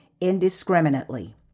indiscriminately